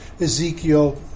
Ezekiel